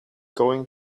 going